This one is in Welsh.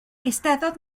eisteddodd